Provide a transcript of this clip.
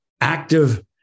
active